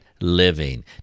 living